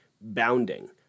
bounding